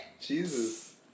Jesus